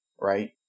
right